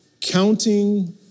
counting